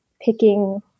picking